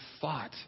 fought